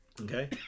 okay